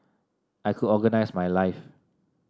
I could organise my life